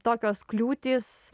tokios kliūtys